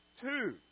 two